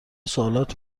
سوالات